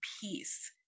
peace